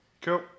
cool